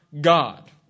God